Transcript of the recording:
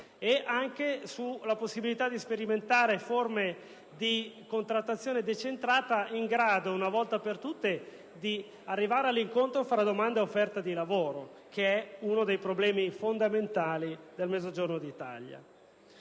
nonché sulla possibilità di sperimentare forme di contrattazione decentrata in grado, una volta per tutte, di arrivare all'incontro tra domanda e offerta di lavoro, che rappresenta uno dei problemi fondamentali del Mezzogiorno d'Italia.